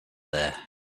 there